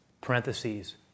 parentheses